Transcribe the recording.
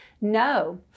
No